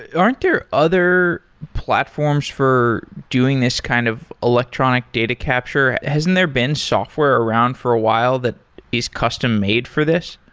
aren't there other platforms for doing this kind of electronic data capture? hasn't there been software around for a while that is custom-made for this?